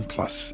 Plus